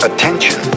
Attention